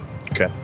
Okay